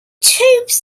tubes